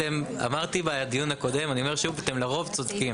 אמרתי בדיון הקודם ואומר שוב אתם לרוב צודקים.